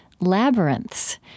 labyrinths